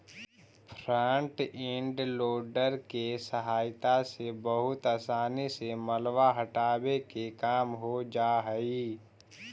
front end loader के सहायता से बहुत असानी से मलबा हटावे के काम हो जा हई